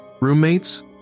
Roommates